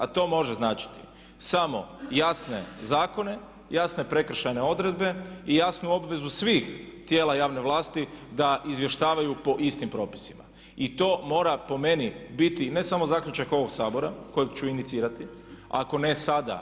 A to može značiti samo jasne zakone, jasne prekršajne odredbe i jasnu obvezu svih tijela javne vlasti da izvještavaju po istim propisima i to mora po meni biti ne samo zaključak ovog sabora kojeg ću inicirati ako ne sada.